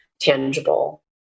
tangible